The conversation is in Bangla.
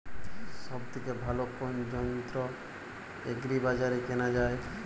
সব থেকে ভালো কোনো যন্ত্র এগ্রি বাজারে কেনা যায়?